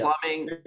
Plumbing